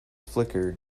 flickered